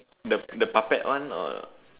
the the puppet one or